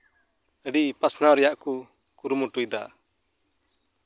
ᱟᱹᱰᱤ ᱯᱟᱥᱱᱟᱣ ᱨᱮᱭᱟᱜ ᱠᱚ ᱠᱩᱨᱩᱢᱩᱴᱩᱭ ᱮᱫᱟ